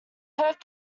hoped